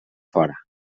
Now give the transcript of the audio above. fora